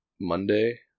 Monday